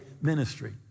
ministry